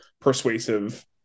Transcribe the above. persuasive